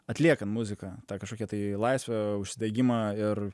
atliekant muziką tą kažkokią tai laisvę užsidegimą ir